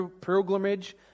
pilgrimage